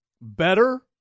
better